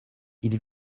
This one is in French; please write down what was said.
ils